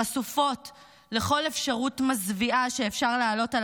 חשופות לכל אפשרות מזוויעה שאפשר להעלות על